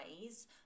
ways